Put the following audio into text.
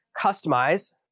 customize